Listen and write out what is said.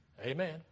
Amen